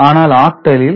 ஆனால் ஆக்டலில் 8